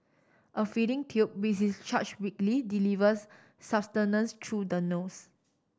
a feeding tube which is charge weekly delivers sustenance through the nose